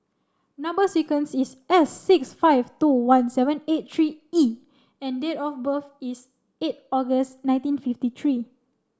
number sequence is S six five two one seven eight three E and date of birth is eight August nineteen fifty three